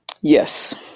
Yes